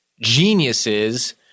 geniuses